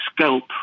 scope